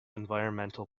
environmental